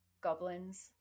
goblins